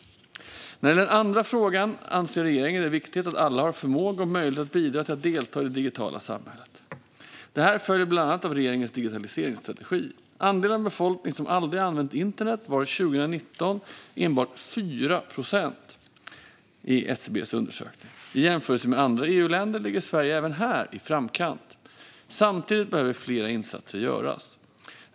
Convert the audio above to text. När det gäller den andra frågan anser regeringen det viktigt att alla har förmåga och möjlighet att bidra till och delta i det digitala samhället. Det följer bland annat av regeringens digitaliseringsstrategi. Andelen av befolkningen som aldrig använt internet var 2019 enbart 4 procent . I jämförelse med andra EU länder ligger Sverige även här i framkant. Samtidigt behöver fler insatser göras.